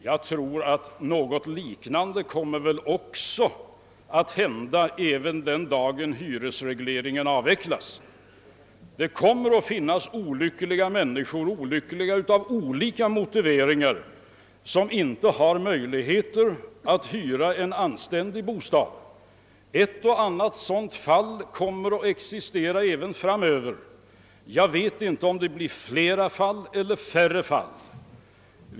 Jag tror att något liknande kommer att hända även den dag hyresregleringen avvecklas. Det kommer även framöver att finnas ett och annat fall där olyckliga människor av skilda anledningar inte har möjlighet att hyra en anständig bostad. Jag vet inte om det blir flera fall eller färre fall.